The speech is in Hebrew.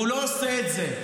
והוא לא עושה את זה,